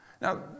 Now